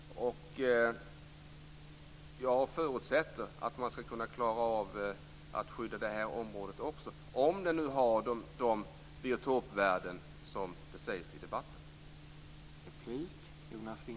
Jag förutsätter att man ska klara av att skydda det här området också, om det nu har de biotopvärden som sägs i debatten.